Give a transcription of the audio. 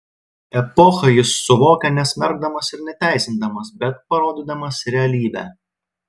epochą jis suvokia nesmerkdamas ir neteisindamas bet parodydamas realybę